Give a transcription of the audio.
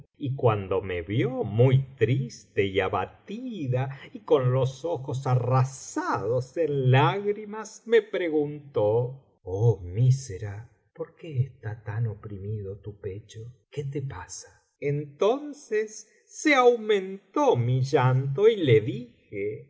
y cuando me vio muy triste y abatida y con los ojos arrasados en lágrimas me preguntó oh mísera biblioteca valenciana generalitat valenciana lgi las mil noches y una noche por qué está tan oprimido tu pecho qué te pasa entonces se aumentó mi llanto y le dije